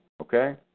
Okay